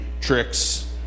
tricks